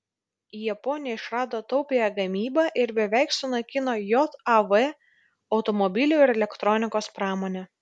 japonija išrado taupiąją gamybą ir beveik sunaikino jav automobilių ir elektronikos pramonę